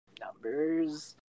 numbers